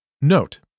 Note